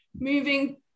moving